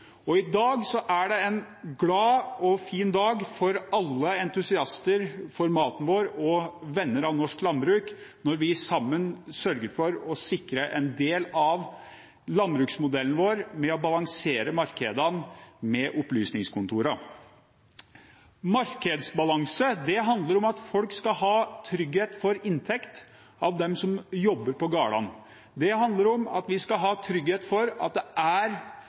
matproduksjon. I dag er en glad og fin dag for alle entusiaster for maten vår og venner av norsk landbruk, når vi sammen sørger for å sikre en del av landbruksmodellen vår ved å balansere markedene med opplysningskontorer. Markedsbalanse handler om at folk som jobber på gårdene, skal ha trygghet for inntekt. Det handler om at vi skal ha trygghet for at det er